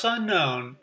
Unknown